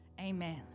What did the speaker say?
Amen